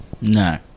No